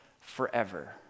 forever